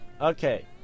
okay